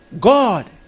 God